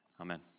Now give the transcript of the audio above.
Amen